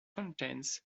contains